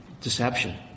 Deception